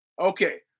Okay